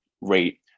rate